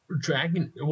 Dragon